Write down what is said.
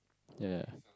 ya